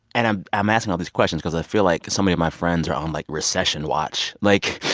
and i'm i'm asking all these questions because i feel like so many of my friends are on, like, recession watch. like.